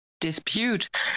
dispute